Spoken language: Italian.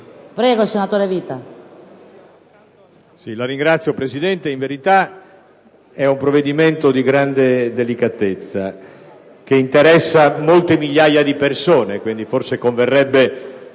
Prego, senatore Vita.